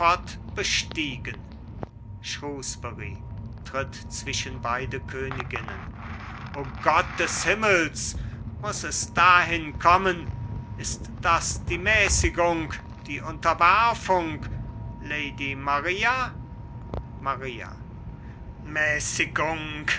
bestiegen shrewsbury tritt zwischen beide königinnen o gott des himmels muß es dahin kommen ist das die mäßigung die unterwerfung lady maria maria mäßigung